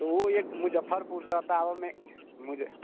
ओहो मुजफ्फरपुरसँ एतऽ आबऽमे